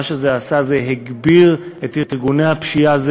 מה שזה עשה, זה הגביר את ארגוני הפשיעה.